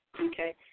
Okay